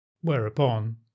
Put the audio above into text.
Whereupon